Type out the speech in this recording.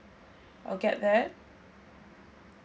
I'll get that